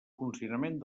funcionament